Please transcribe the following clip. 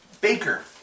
Baker